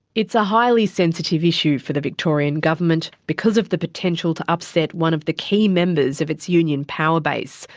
it's a highly sensitive issue for the victorian government because of the potential to upset one of the key members of its union powerbase,